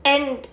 and